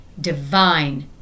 divine